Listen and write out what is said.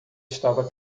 estava